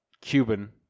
Cuban